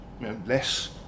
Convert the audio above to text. less